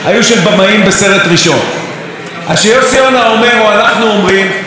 או אנחנו אומרים: באו פה לתקן משהו שהוא לא שבור,